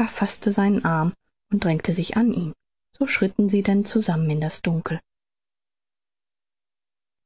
faßte seinen arm und drängte sich an ihn so schritten sie denn zusammen in das dunkel